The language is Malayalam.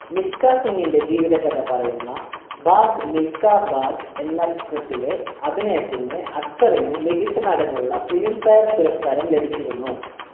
മിൽഖ സിങിൻ്റെ ജീവിതകഥ പറയുന്ന ഭാഗ് മിൽഖാ ഭാഗ് എന്ന ചിത്രത്തിലെ അഭിനയത്തിന് അക്തറിന് മികച്ച നടനുള്ള ഫിലിം ഫെയർ പുരസ്കാരം ലഭിച്ചിരുന്നു